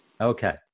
Okay